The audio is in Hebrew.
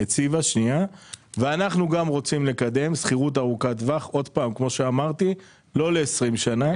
הציבה ואנחנו רוצים לקדם שכירות ארוכת טווח לא ל-20 שנה.